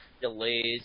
delays